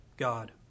God